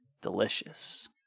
Delicious